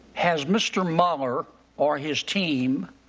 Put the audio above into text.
has mr. mueller or his team